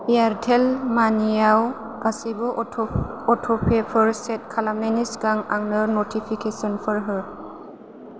Airtel मानिआव गासैबो अट' अट'पेफोर सेथ खालामनायनि सिगां आंनो नटिफिकेसनफोर हो